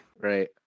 Right